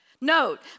Note